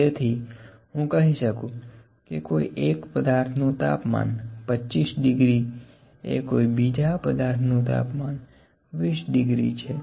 તેથીહું કહી શકું કે કોઈ એક પદાર્થનું તાપમાન 25 ડિગ્રી એ કોઈ બીજા પદાર્થનું તાપમાન 20 ડિગ્રી છે